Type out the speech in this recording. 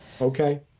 Okay